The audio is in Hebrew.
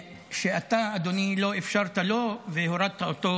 שאתה, אדוני, לא אפשרת לו והורדת אותו